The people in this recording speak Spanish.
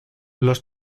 los